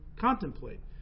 contemplate